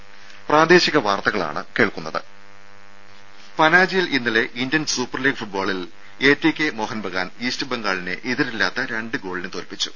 രംഭ പനാജിയിൽ ഇന്നലെ Indian Super League ഫുട്ബോളിൽ എടികെ മോഹൻബഗാൻ ഈസ്റ്റ് ബംഗാളിനെ എതിരില്ലാത്ത രണ്ട് ഗോളിന് തോൽപ്പിച്ചു